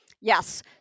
Yes